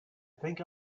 think